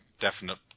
definite